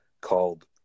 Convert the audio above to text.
called